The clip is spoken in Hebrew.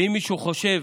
ואם מישהו חושב